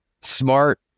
Smart